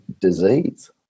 disease